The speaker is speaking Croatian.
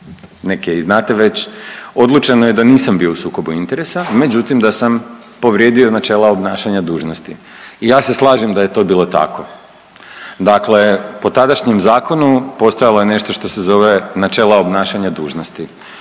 neke i znate već, odlučeno je da nisam bio u sukobu interesa, međutim, da sam povrijedio načela obnašanja dužnosti. I ja se slažem da je to bilo tako. Dakle po tadašnjem zakonu postojalo je nešto što se zove načela obnašanja dužnosti